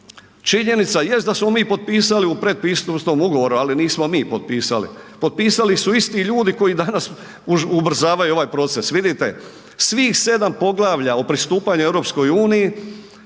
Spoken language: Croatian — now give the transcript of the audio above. Činjenica jest da smo mi potpisali u predpristupnom ugovorom, ali nismo mi potpisali, potpisali su isti ljudi koji danas ubrzavaju ovaj proces. Vidite, svih sedam poglavlja o pristupanju EU iz područja